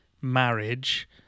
marriage